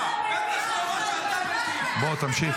בוא תמשיך.